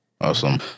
Awesome